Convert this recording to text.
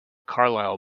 carlisle